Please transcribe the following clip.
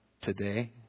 today